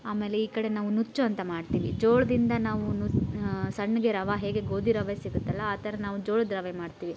ಆಮೇಲೆ ಈ ಕಡೆ ನಾವು ನುಚ್ಚು ಅಂತ ಮಾಡ್ತೀವಿ ಜೋಳದಿಂದ ನಾವು ನುಚ್ಚು ಸಣ್ಣಗೆ ರವೆ ಹೇಗೆ ಗೋಧಿ ರವೆ ಸಿಗುತ್ತಲ್ಲ ಆ ಥರ ನಾವು ಜೋಳದ ರವೆ ಮಾಡ್ತೀವಿ